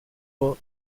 pas